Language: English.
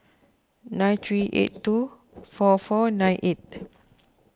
nine three eight two four four nine eight